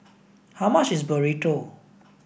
how much is Burrito